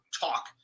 talk